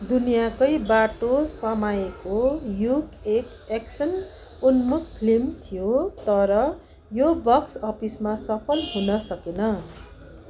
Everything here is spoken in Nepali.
दुनियाकै बाटो समाएको युग एक एक्सन उन्मुख फिल्म थियो तर यो बक्स अफिसमा सफल हुन सकेन